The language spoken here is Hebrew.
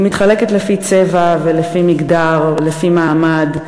היא מתחלקת לפי צבע ולפי מגדר ולפי מעמד,